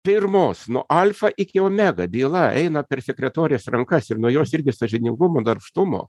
pirmos nuo alfa iki omega byla eina per sekretorės rankas ir nuo jos irgi sąžiningumo darbštumo